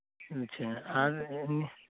ᱟᱪᱪᱷᱟ ᱟᱨᱻᱻ